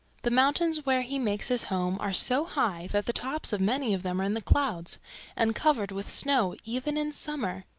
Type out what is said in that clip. the mountains where he makes his home are so high that the tops of many of them are in the clouds and covered with snow even in summer.